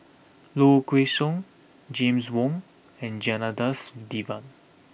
Low Kway Song James Wong and Janadas Devan